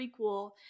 prequel